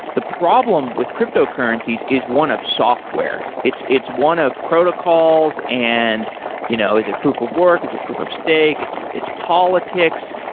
the problem with cryptocurrencies is one of software. it's it's one of protocols and you know is a proof of work, is a proof of stake, it's it's politics.